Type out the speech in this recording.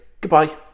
goodbye